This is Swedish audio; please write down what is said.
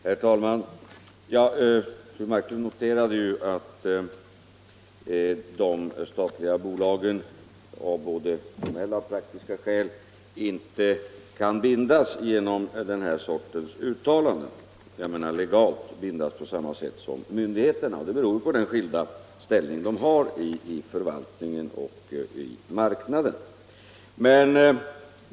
Herr talman! Fru Marklund noterade att de statliga bolagen av formella och praktiska skäl inte kan legalt bindas genom den här sortens uttalanden på samma sätt som myndigheterna. Det beror på den skilda ställning de har i förvaltningen och i marknaden.